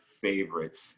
favorite